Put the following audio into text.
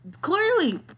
clearly